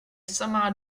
samá